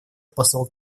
посол